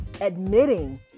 admitting